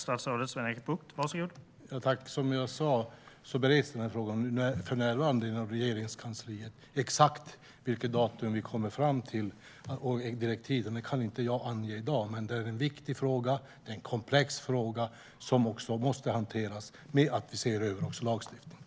Herr talman! Som jag sa bereds frågan för närvarande i Regeringskansliet. Exakt vilket datum vi kommer fram till direktiven kan inte jag ange i dag. Men det är en viktig och komplex fråga som måste hanteras genom att vi ser över lagstiftningen.